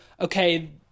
Okay